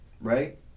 right